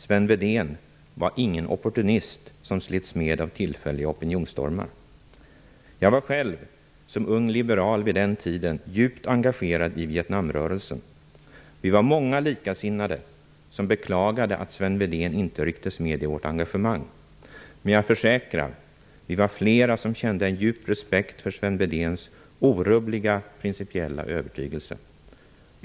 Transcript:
Sven Wedén var ingen opportunist, som slets med av tillfälliga opinionsstormar. Jag var själv som ung liberal vid den tiden djupt engagerad i Vietnam-rörelsen. Vi var många likasinnade som beklagade att Sven Wedén inte rycktes med i vårt engagemang. Men jag försäkrar, att vi var flera som kände en djup respekt för Sven Wedéns orubbliga principiella övertygelse.